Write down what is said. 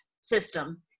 system